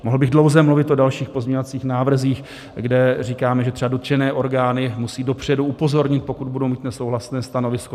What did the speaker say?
Mohl bych dlouze mluvit o dalších pozměňovacích návrzích, kde říkáme, že třeba dotčené orgány musí dopředu upozornit, pokud budou mít nesouhlasné stanovisko.